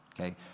Okay